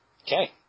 Okay